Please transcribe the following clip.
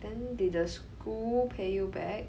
then did the school pay you back